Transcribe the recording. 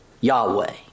Yahweh